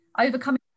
overcoming